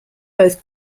both